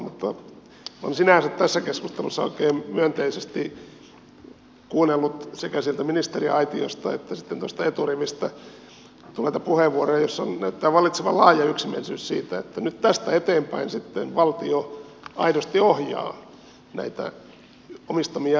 mutta olen sinänsä tässä keskustelussa oikein myönteisesti kuunnellut sekä sieltä ministeriaitiosta että tuosta eturivistä tulleita puheenvuoroja joissa näyttää vallitsevan laaja yksimielisyys siitä että nyt tästä eteenpäin sitten valtio aidosti ohjaa näitä omistamiaan yrityksiä